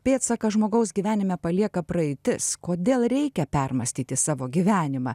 pėdsaką žmogaus gyvenime palieka praeitis kodėl reikia permąstyti savo gyvenimą